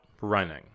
running